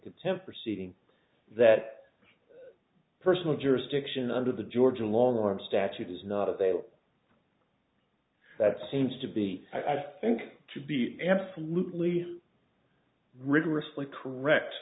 contempt for ceding that personal jurisdiction under the georgia long arm statute is not available that seems to be i think to be absolutely rigorously correct